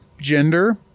gender